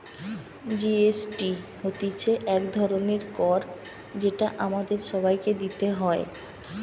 GST হতিছে এক ধরণের কর যেটা আমাদের সবাইকে দিতে হয়